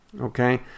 okay